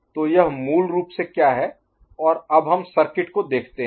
तो यह मूल रूप से क्या है और अब हम सर्किट को देखते हैं